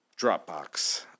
Dropbox